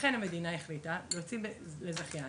ולכן המדינה החליטה להוציא לזכיין